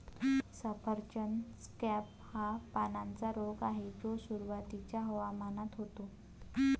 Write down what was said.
सफरचंद स्कॅब हा पानांचा रोग आहे जो सुरुवातीच्या हवामानात होतो